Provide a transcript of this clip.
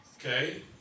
Okay